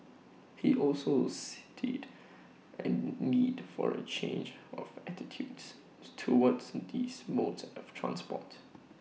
he also cited A need for A change of attitudes towards these modes of transport